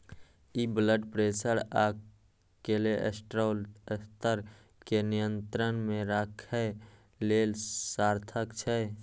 ई blood pressure आ cholesterol स्तर कें नियंत्रण मे राखै लेल सार्थक छै